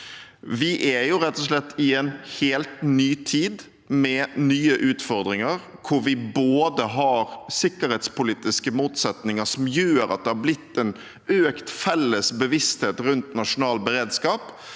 slett i en helt ny tid med nye utfordringer, hvor vi både har sikkerhetspolitiske motsetninger som gjør at det har blitt en økt felles bevissthet rundt nasjonal beredskap,